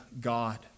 God